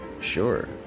Sure